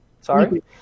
sorry